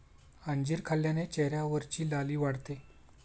अंजीर खाल्ल्याने चेहऱ्यावरची लाली वाढते